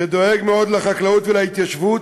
שדואג מאוד לחקלאות ולהתיישבות,